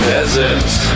Peasants